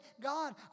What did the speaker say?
God